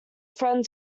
friend